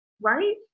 right